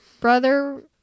brother